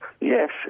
Yes